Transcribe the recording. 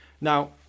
Now